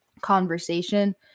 conversation